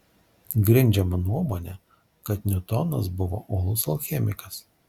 grindžiama nuomone kad niutonas buvo uolus alchemikas